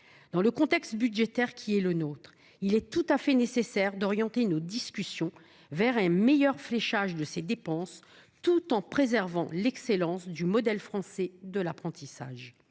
Dans le contexte budgétaire actuel, nous devons absolument orienter nos discussions vers un meilleur fléchage de ces dépenses, tout en préservant l’excellence du modèle français de l’apprentissage.